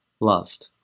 loved